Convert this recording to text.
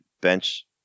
bench